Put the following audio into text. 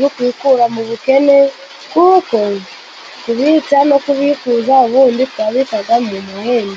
no kwikura mu bukene kuko kubitsa no kubikuza ubundi twabikaga mu buhinzi.